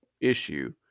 issue